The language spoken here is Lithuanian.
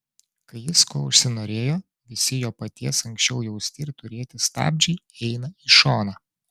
kai jis ko užsinorėjo visi jo paties anksčiau jausti ir turėti stabdžiai eina į šoną